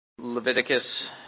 Leviticus